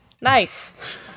nice